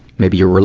maybe your, ah,